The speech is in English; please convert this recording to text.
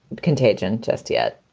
contagion just yet.